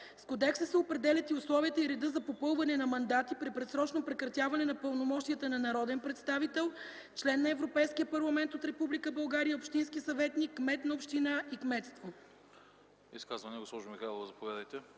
С кодекса се определят и условията и реда за попълване на мандати при предсрочно прекратяване на пълномощията на народен представител, член на Европейския парламент от Република България, общински съветник, кмет на община и кметство.” ПРЕДСЕДАТЕЛ АНАСТАС АНАСТАСОВ: Изказвания?